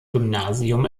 gymnasium